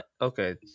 Okay